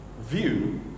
view